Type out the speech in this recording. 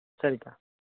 சரி அக்கா